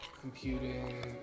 computing